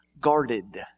guarded